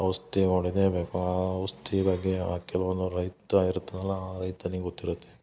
ಔಷ್ಧಿ ಹೊಡಿಲೇಬೇಕು ಆ ಔಷ್ಧಿ ಬಗ್ಗೆ ಆ ಕೆಲವೊಂದು ರೈತ ಇರ್ತಾನಲ್ಲ ಆ ರೈತನಿಗೆ ಗೊತ್ತಿರುತ್ತೆ